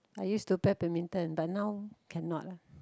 I used to play badminton but now cannot lah